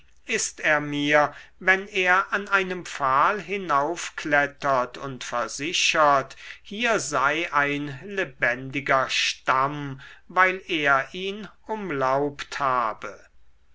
ist er mir wenn er an einem pfahl hinaufklettert und versichert hier sei ein lebendiger stamm weil er ihn umlaubt habe